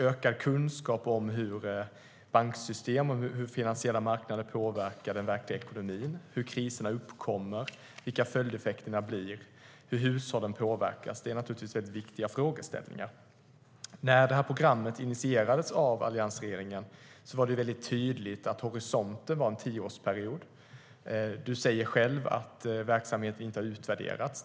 Ökad kunskap om hur banksystem och finansiella marknader påverkar den verkliga ekonomin, hur kriserna uppkommer, vilka följdeffekterna blir och hur hushållen påverkas är viktiga frågeställningar. När programmet initierades av alliansregeringen var det tydligt att horisonten var en tioårsperiod. Per Bolund säger att verksamheten inte har utvärderats.